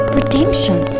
redemption